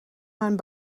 mijn